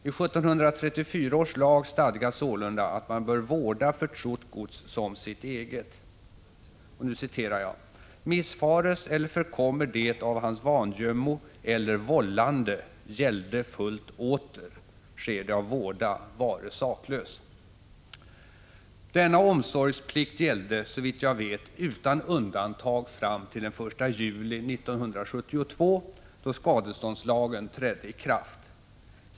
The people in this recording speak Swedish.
I 1734 års lag stadgas sålunda att man bör vårda förtrott gods som sitt eget. ”Missfares eller förkommer det av hans vangömmo, eller vållande; gälde fullt åter. Sker det av våda, vare saklös.” Denna omsorgsplikt gällde — såvitt jag vet — utan undantag fram till den 1 juli 1972 då skadeståndslagen trädde i kraft.